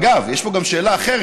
אגב, יש פה גם שאלה אחרת.